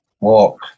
walk